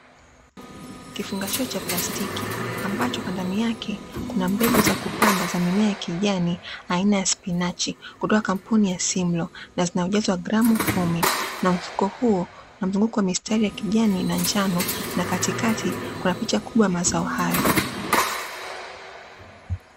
Kifungashio cha plastiki ambacho kwa ndani yake kuna mbegu za kupanda za mimea ya kijani aina ya mchicha kutoka katika kampuni ya "Simlow" na zinaujazo wa gramu kumi. Mfuko huo unamzunguko wa mistari ya kijani na njano na katikati kuna picha kubwa ya mazao hayo.